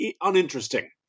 uninteresting